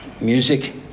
music